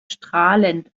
strahlend